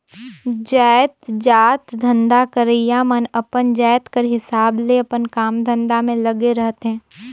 जाएतजात धंधा करइया मन अपन जाएत कर हिसाब ले अपन काम धंधा में लगे रहथें